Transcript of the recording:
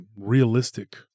realistic